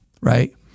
right